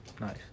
Nice